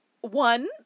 one